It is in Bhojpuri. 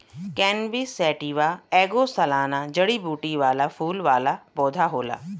कैनबिस सैटिवा ऐगो सालाना जड़ीबूटी वाला फूल वाला पौधा होला